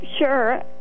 sure